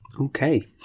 Okay